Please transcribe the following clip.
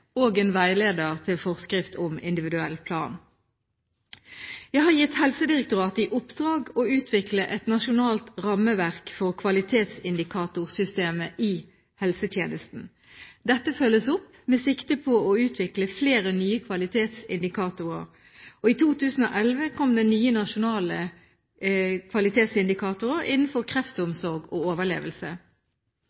og en veileder til forskrift om individuell plan. Jeg har gitt Helsedirektoratet i oppdrag å utvikle et nasjonalt rammeverk for kvalitetsindikatorsystemet i helsetjenesten. Dette følges opp, med sikte på å utvikle flere nye nasjonale kvalitetsindikatorer. I 2011 kom det nye nasjonale kvalitetsindikatorer innenfor